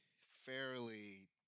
fairly